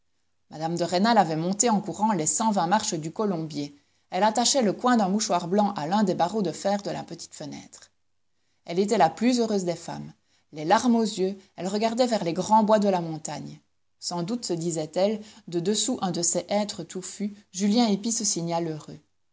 mme de rênal avait monté en courant les cent vingt marches du colombier elle attachait le coin d'un mouchoir blanc à l'un des barreaux de fer de la petite fenêtre elle était la plus heureuse des femmes les larmes aux yeux elle regardait vers les grands bois de la montagne sans doute se disait-elle de dessous un de ces hêtres touffus julien épie ce signal heureux